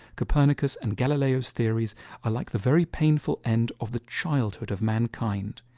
copernicus and galileo's theories are like the very painful end of the childhood of man kind.